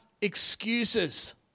excuses